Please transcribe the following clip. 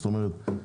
זאת אומרת,